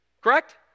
Correct